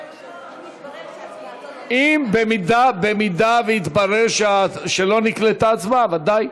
אם יתברר שלא נקלטה ההצבעה, ודאי.